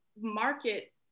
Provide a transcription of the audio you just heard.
market